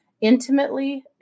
intimately